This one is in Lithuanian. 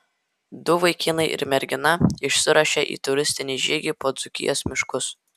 du vaikinai ir mergina išsiruošia į turistinį žygį po dzūkijos miškus